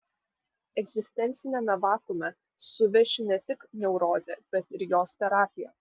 egzistenciniame vakuume suveši ne tik neurozė bet ir jos terapija